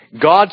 God